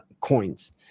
coins